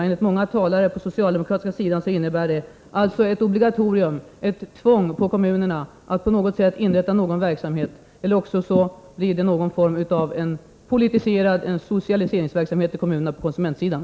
Enligt många talare på den socialdemokratiska sidan innebär det ett obligatorium, ett tvång för kommunerna att på något sätt inrätta en verksamhet — eller också blir det någon form av politiserad verksamhet, en socialiseringsverksamhet, i kommunerna på konsumentsidan.